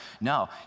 No